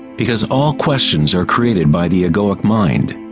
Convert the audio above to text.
because all questions are created by the egoic mind.